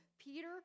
Peter